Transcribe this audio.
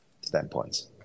standpoints